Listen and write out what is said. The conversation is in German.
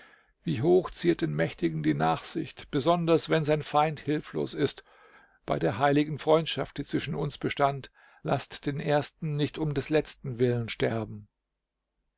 wie hoch ziert den mächtigen die nachsicht besonders wenn sein feind hilflos ist bei der heiligen freundschaft die zwischen uns bestand laßt den ersten nicht um des letzten willen sterben